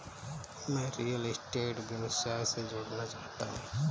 मैं real estate व्यवसाय से जुड़ना चाहता हूँ